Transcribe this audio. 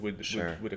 Sure